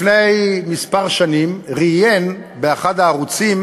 לפני כמה שנים ראיין באחד הערוצים